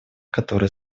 которые